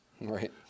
Right